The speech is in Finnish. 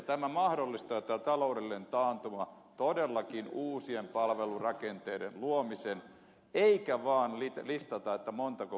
tämä taloudellinen taantuma mahdollistaa todellakin uusien palvelurakenteiden luomisen eikä vain listata monellako miljoonalla tehdään